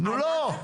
לא.